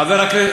חבר הכנסת,